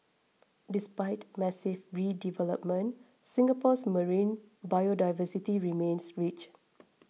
despite massive redevelopment Singapore's marine biodiversity remains rich